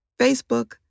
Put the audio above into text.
Facebook